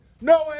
No